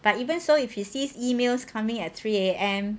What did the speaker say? but even so if she sees emails coming at three A_M